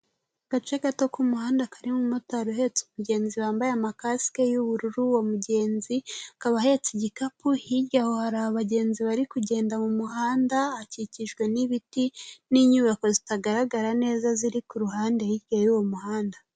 Agace gato k'umuhanda karimo umumotari uhetse umugenzi wambaye amakasike y'ubururu uwo mugenzi, akaba ahetse igikapu hirya aho hari abagenzi bari kugenda mu muhanda, akikijwe n'ibiti n'inyubako zitagaragara neza ziri ku ruhande hirya y'uwo muhanda.